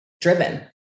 driven